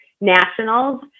nationals